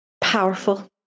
powerful